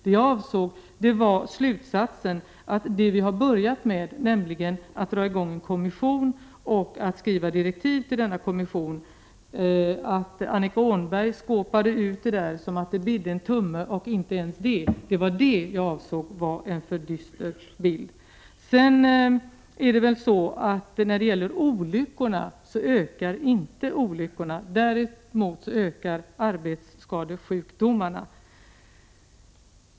Vad jag avsåg var Annika Åhnbergs slutsats av att vi dragit i gång en kommission och skriver direktiv till denna kommission, nämligen att det blivit en tumme och inte ens det. Det var det jag ansåg vara en alltför dyster bild. Olyckorna på arbetsplatserna ökar inte. Däremot ökar arbetsskadesjukdomarna.